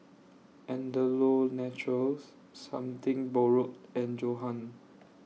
Andalou Naturals Something Borrowed and Johan